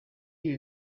ibi